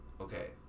Okay